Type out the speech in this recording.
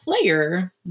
player